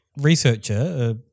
researcher